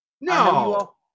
No